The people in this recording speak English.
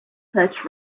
perch